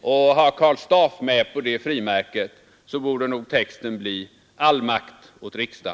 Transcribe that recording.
och ha Karl Staaff med på ett sådant, så borde nog texten bli: ”All makt åt riksdagen!